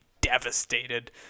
devastated